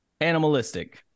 animalistic